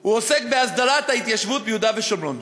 הוא עוסק בהסדרת ההתיישבות ביהודה ושומרון.